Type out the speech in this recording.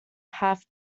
have